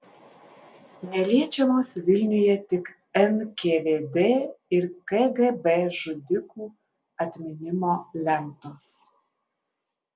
neliečiamos vilniuje tik nkvd ir kgb žudikų atminimo lentos